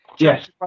Yes